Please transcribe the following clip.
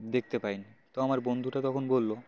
দেখতে পাইনি তো আমার বন্ধুটা তখন বলল